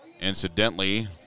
Incidentally